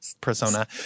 persona